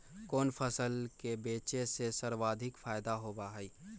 कोन फसल के बेचे से सर्वाधिक फायदा होबा हई?